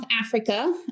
Africa